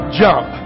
jump